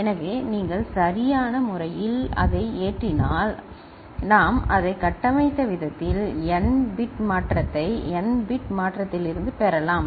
எனவே நீங்கள் அதை சரியான முறையில் ஏற்றினால் நாம் அதை கட்டமைத்த விதத்தில் n பிட் மாற்றத்தை n பிட் மாற்றத்திலிருந்து பெறலாம்